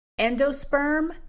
endosperm